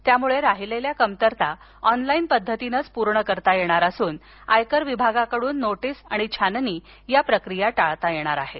यामुळे राहिलेल्या कमतरता ऑनलाईन पद्धतीनेचपूर्ण करता येणार असून आयकर विभागाकडून नोटीस आणि छाननी या प्रक्रिया टाळता येणारआहेत